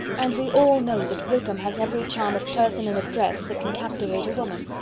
and we all know that wickham has every charm of person and address that can captivate a woman.